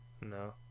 No